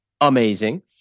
Amazing